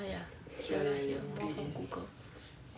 ah ya here lah here lah more from google